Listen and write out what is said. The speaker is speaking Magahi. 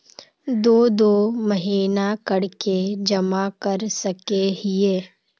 दो दो महीना कर के जमा कर सके हिये?